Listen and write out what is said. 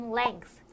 length